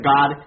God